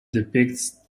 depicts